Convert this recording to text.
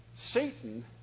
Satan